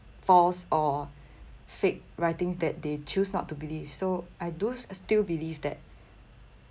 false or fake writings that they choose not to believe so I do still believe that